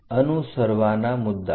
અનુસરવાના મુદ્દાઓ